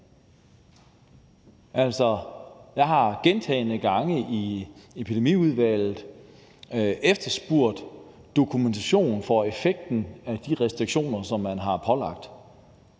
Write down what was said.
Jeg har gentagne gange i Epidemiudvalget efterspurgt dokumentation for effekten af de restriktioner, som man har pålagt,